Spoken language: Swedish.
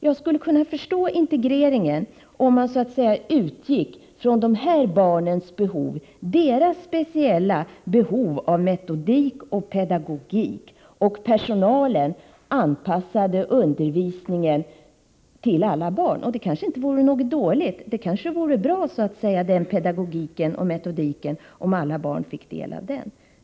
Jag skulle kunna förstå integreringen om man så att säga utgick från de här barnens behov av speciell metodik och pedagogik och om personalen anpassade undervisningen till alla barn. Det kanske inte vore något dåligt, det vore kanske bra om alla barn fick del av den metodiken och den pedagogiken.